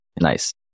Nice